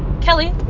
Kelly